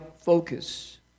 focus